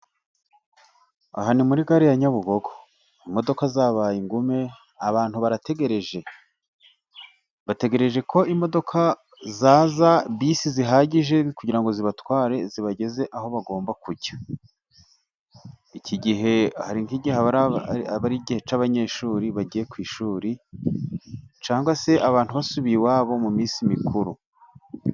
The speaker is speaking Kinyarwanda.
Aha ni muri gare ya Nyabugogo, imodoka zabaye ingume abantu barategereje. Bategereje ko imodoka zaza, bisi zihagije kugira ngo zibatware, zibageze aho bagomba kujya. Iki gihe hari nk'igihe aba ari igihe cy'abanyeshuri bagiye ku ishuri, cyangwa se abantu basubiye iwabo mu minsi mikuru.